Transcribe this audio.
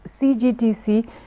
CGTC